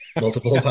Multiple